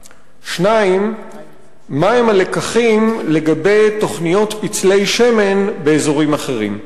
2. מה הם הלקחים לגבי תוכניות פצלי שמן באזורים אחרים?